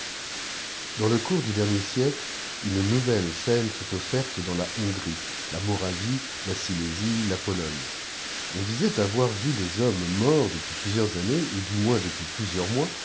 dans le cours du dernier siècle une nouvelle scène s'est offerte dans la hongrie là moravie la silésie la pologne on disait avoir vu des hommes morts depuis plusieurs années ou du moins depuis plusieurs mois